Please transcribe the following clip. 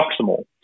proximal